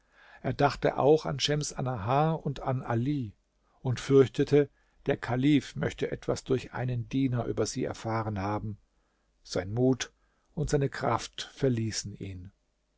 er dachte auch an schems annahar und an ali und fürchtete der kalif möchte etwas durch einen diener über sie erfahren haben sein mut und seine kraft verließen ihn